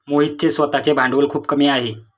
मोहितचे स्वतःचे भांडवल खूप कमी आहे